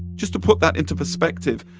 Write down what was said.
just to put that into perspective,